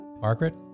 Margaret